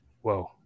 whoa